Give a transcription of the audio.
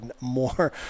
more